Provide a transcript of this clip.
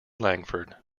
langford